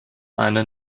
eine